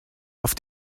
auf